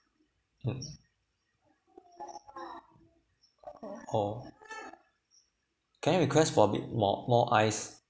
hmm oh can I request for a bit more more ice